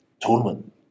tournament